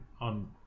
on